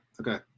Okay